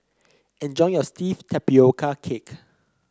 enjoy your steamed Tapioca Cake